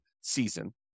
season